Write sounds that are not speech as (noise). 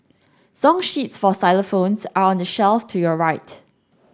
(noise) song sheets for xylophones are on the shelf to your right